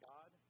God